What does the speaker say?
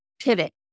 pivot